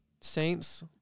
Saints